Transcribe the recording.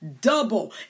double